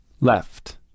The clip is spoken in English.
left